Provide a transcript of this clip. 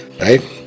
right